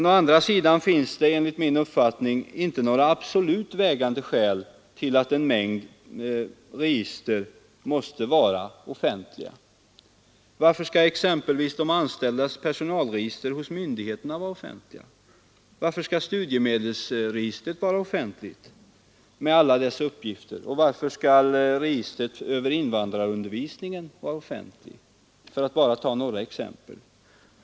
Å andra sidan finns enligt min mening inga absolut vägande skäl för att en mängd register måste vara offentliga. Varför skall exempelvis de anställdas personalregister hos myndigheter vara offentliga? Varför skall studiemedelsregistren med alla deras uppgifter vara offentliga? Varför skall registren över invandrarundervisningen vara offentliga? Detta är bara några exempel.